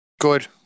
Good